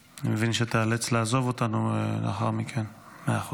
אני מבין שתיאלץ לעזוב אותנו לאחר מכן, מאה אחוז.